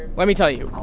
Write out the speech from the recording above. let me tell you.